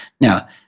Now